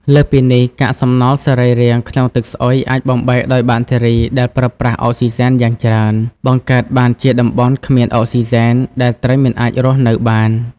លើសពីនេះ កាកសំណល់សរីរាង្គក្នុងទឹកស្អុយអាចបំបែកដោយបាក់តេរីដែលប្រើប្រាស់អុកស៊ីហ្សែនយ៉ាងច្រើន បង្កើតបានជាតំបន់គ្មានអុកស៊ីហ្សែន ដែលត្រីមិនអាចរស់នៅបាន។